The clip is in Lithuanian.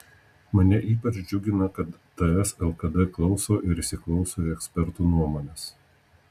mane ypač džiugina kad ts lkd klauso ir įsiklauso į ekspertų nuomones